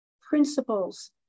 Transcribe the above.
principles